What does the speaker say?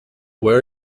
where